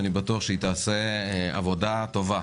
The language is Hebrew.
אני בטוח שהיא תעשה עבודה טובה.